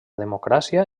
democràcia